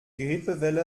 grippewelle